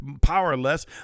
powerless